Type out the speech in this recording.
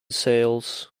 sales